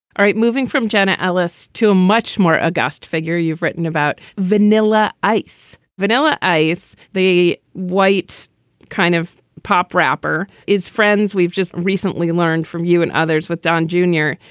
all right, moving from janet ellis to much more august figure you've written about vanilla ice vanilla ice, the white kind of pop rapper is friends. we've just recently learned from you and others with don junior.